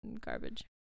garbage